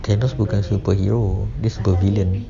thanos bukan superhero this supervillain